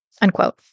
unquote